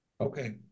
okay